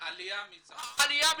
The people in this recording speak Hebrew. נושא העלייה מצרפת.